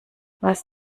was